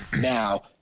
now